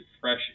fresh